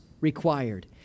required